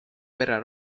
pere